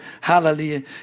Hallelujah